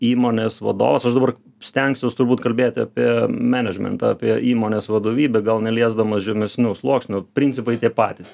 įmonės vadovas aš dabar stengsiuos turbūt kalbėti apie menedžmentą apie įmonės vadovybę gal neliesdamas žemesnių sluoksnių principai tie patys